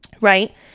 Right